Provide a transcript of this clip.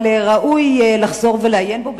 אבל ראוי לחזור ולעיין בו,